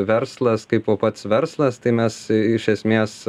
verslas kaipo pats verslas tai mes iš esmės